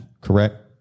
correct